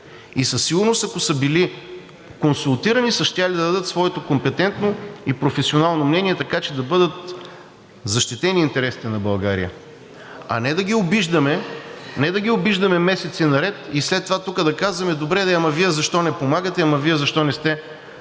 И със сигурност, ако са били консултирани, са щели да дадат своето компетентно и професионално мнение, така че да бъдат защитени интересите на България, а не да ги обиждаме месеци наред и след това тук да казваме: добре де, ама Вие защо не помагате, ама Вие защо не сте